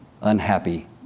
unhappy